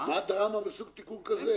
מה הדרמה בסוג של תיקון כזה?